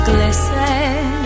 Glisten